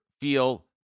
feel